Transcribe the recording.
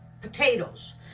potatoes